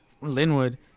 Linwood